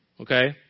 okay